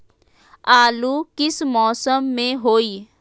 आलू किस मौसम में होई?